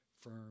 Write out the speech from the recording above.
firm